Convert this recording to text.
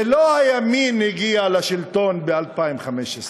זה לא הימין הגיע לשלטון ב-2015,